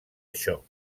això